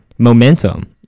momentum